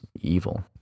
evil